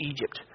Egypt